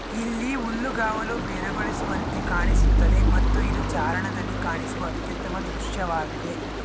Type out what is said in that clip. ಇಲ್ಲಿ ಹುಲ್ಲುಗಾವಲು ಬೆರಗೊಳಿಸುವಂತೆ ಕಾಣಿಸುತ್ತದೆ ಮತ್ತು ಇದು ಚಾರಣದಲ್ಲಿ ಕಾಣಿಸುವ ಅತ್ಯುತ್ತಮ ದೃಶ್ಯವಾಗಿದೆ